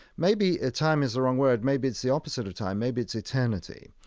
maybe ah time is the wrong word. maybe it's the opposite of time. maybe it's eternity.